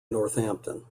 northampton